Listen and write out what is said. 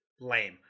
lame